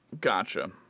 Gotcha